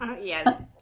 Yes